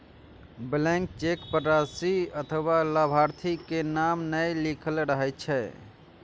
blank cheque पर राशि अथवा लाभार्थी के नाम नै लिखल रहै छै